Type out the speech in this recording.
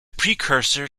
precursor